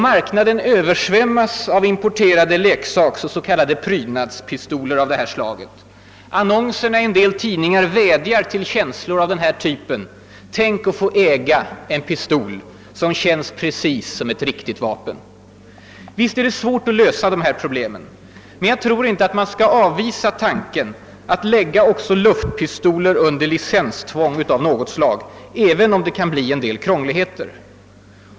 Marknaden översvämmas av importerade leksaksoch s.k. prydnadspistoler av det här slaget. Annonserna i en del tidningar vädjar till känslor av typen: tänk att få en äga en pistol som känns precis som ett riktigt vapen! Visst är det svårt att lösa de här problemen. Men jag tror inte att man skall avvisa tanken på att lägga också luftpistoler under licenstvång av något slag, även om det kan bli en del krångligheter.